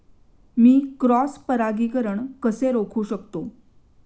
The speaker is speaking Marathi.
मी क्रॉस परागीकरण कसे रोखू शकतो?